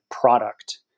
product